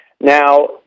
Now